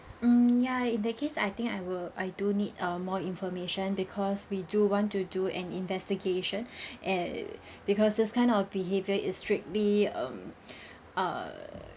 mm ya in that case I think I will I do need err more information because we do want to do an investigation err because this kind of behavior is strictly um err